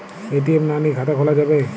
ATM না নিয়ে খাতা খোলা যাবে?